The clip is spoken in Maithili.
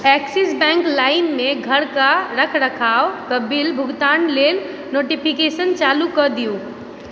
एक्सिस बैंक लाइम मे घरक रखरखाव कऽ बिल भुगतान लेल नोटिफिकेशन चालू कऽ दिऔ